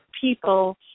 people